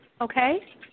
Okay